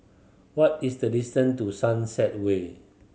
what is the distance to Sunset Way